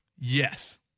Yes